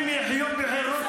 היום שבו את תצאי משם